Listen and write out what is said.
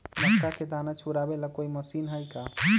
मक्का के दाना छुराबे ला कोई मशीन हई का?